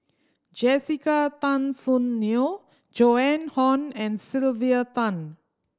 Jessica Tan Soon Neo Joan Hon and Sylvia Tan